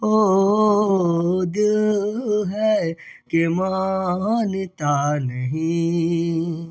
हो ओ ओ ओ दिल है कि मानता नहीं